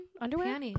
Underwear